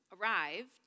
arrived